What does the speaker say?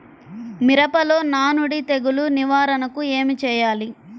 మిరపలో నానుడి తెగులు నివారణకు ఏమి చేయాలి?